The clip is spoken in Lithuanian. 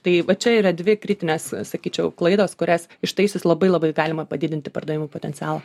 tai va čia yra dvi kritinės sakyčiau klaidos kurias ištaisius labai labai galima padidinti pardavimų potencialą